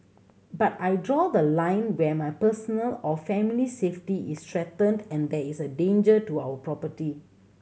but I draw the line when my personal or family's safety is threatened and there is danger to our property